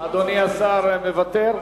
אדוני השר מוותר?